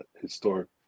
historic